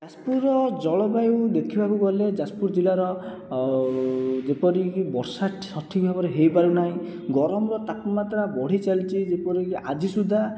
ଯାଜପୁରର ଜଳବାୟୁ ଦେଖିବାକୁ ଗଲେ ଯାଜପୁର ଜିଲ୍ଲାର ଯେପରିକି ବର୍ଷା ସଠିକ୍ ଭାବରେ ହୋଇ ପାରୁନାହିଁ ଗରମର ତାପମାତ୍ରା ବଢ଼ି ଚାଲିଛି ଯେପରିକି ଆଜି ସୁଧା